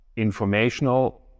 informational